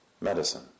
medicine